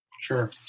sure